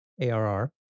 ARR